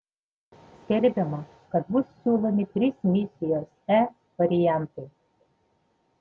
skelbiama kad bus siūlomi trys misijos e variantai